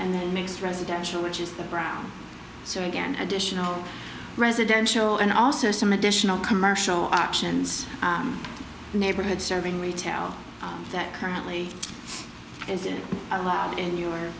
and then mixed residential which is brown so again additional residential and also some additional commercial options neighborhood serving retail that currently is allowed in your